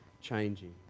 changing